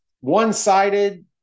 One-sided